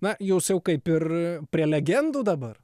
na jūs jau kaip ir prie legendų dabar